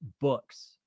books